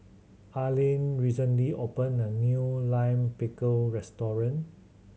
Aline recently opened a new Lime Pickle restaurant